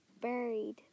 buried